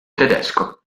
tedesco